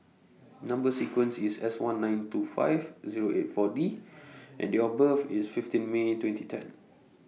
Number sequence IS S one nine two five Zero eight four D and Date of birth IS fifteen May twenty ten